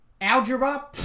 Algebra